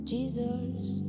Jesus